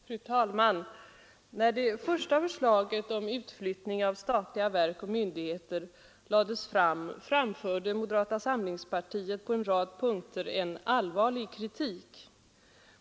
Fru talman! När det första förslaget om utflyttning av statliga verk och myndigheter lades fram framförde moderata samlingspartiet på en rad punkter en allvarlig kritik.